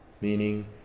Meaning